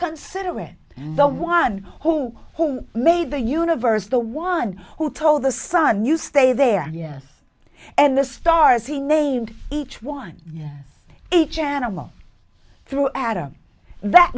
considerate the one who who made the universe the one who told the sun you stay there yes and the stars he named each one each animal through adam that